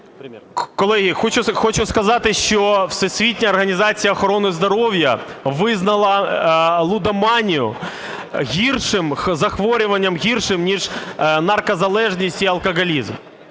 Колеги, хочу сказати, що Всесвітня організація охорони здоров'я визнала лудоманію гіршим захворюванням ніж наркозалежність і алкоголізм.